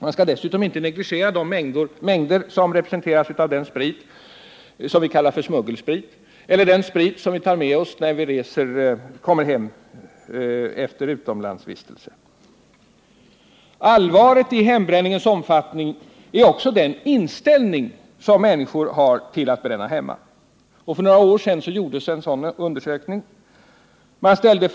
Man skall inte heller negligera de mängder alkohol som representeras av den sprit vi kallar smuggelsprit eller den sprit vi har med oss när vi kommer hem efter en utomlandsvistelse. Allvaret i hembränningens omfattning är också den inställning människorna har till att bränna hemma. För några år sedan gjordes en undersökning i det avseendet.